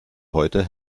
heute